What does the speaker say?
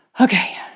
okay